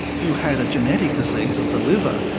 who had a genetic disease of the liver,